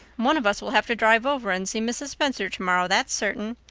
one of us will have to drive over and see mrs. spencer tomorrow, that's certain.